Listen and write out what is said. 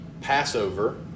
Passover